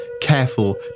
careful